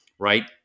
Right